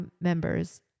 members